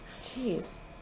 jeez